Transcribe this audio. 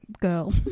girl